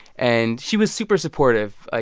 and she was super supportive. ah